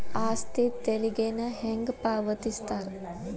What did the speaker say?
ಆಸ್ತಿ ತೆರಿಗೆನ ಹೆಂಗ ಪಾವತಿಸ್ತಾರಾ